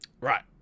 right